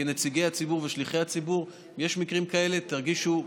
כנציגי הציבור ושליחי הציבור: אם יש מקרים כאלה תרגישו,